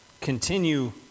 continue